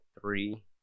three